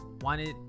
wanted